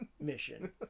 mission